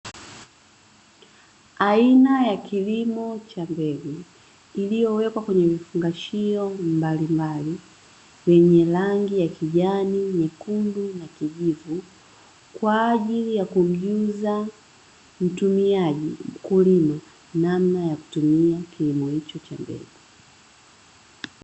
Aina ya kilimo cha mbegu kilichowekwa kwenye vifungashio mbalimbali vyenye rangi ya kijani, nyekundu na kijivu kwa ajili ya kuuza mkulima namna ya kutumia.